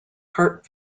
heart